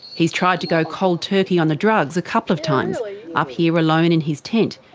he's tried to go cold turkey on the drugs a couple of times, like up here alone in his tent,